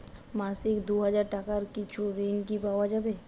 মাসিক দুই হাজার টাকার কিছু ঋণ কি পাওয়া যাবে?